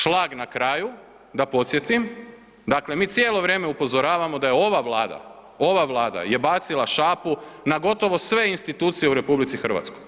Šlag na kraju, da podsjetim, dakle mi cijelo vrijeme upozoravamo da je ova Vlada, ova Vlada je bacila šapu na gotovo sve institucije u RH.